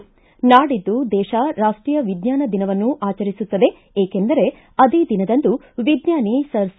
ನಾಡಿದ್ದು ದೇಶ ರಾಷ್ಷೀಯ ವಿಜ್ಞಾನ ದಿನವನ್ನು ಆಚರಿಸುತ್ತದೆ ಏಕೆಂದರೆ ಅದೇ ದಿನದಂದು ವಿಜ್ಙಾನಿ ಸರ್ ಸಿ